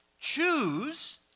Choose